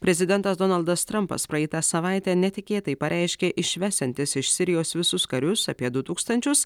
prezidentas donaldas trampas praeitą savaitę netikėtai pareiškė išvesiantis iš sirijos visus karius apie du tūkstančius